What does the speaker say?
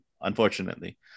unfortunately